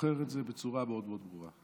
זוכר את זה בצורה מאוד מאוד ברורה.